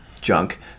junk